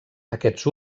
aquests